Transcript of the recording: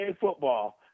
football